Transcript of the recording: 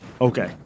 okay